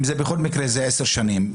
אם זה בכל מקרה עשר שנים,